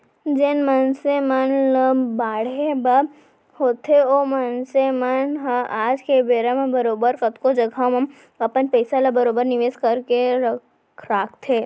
जेन मनसे मन ल बाढ़े बर होथे ओ मनसे मन ह आज के बेरा म बरोबर कतको जघा म अपन पइसा ल बरोबर निवेस करके राखथें